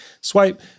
swipe